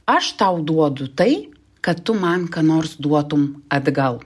aš tau duodu tai kad tu man ką nors duotum atgal